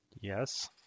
Yes